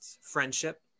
Friendship